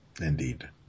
Indeed